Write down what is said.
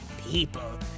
people